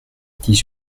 dix